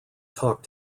talk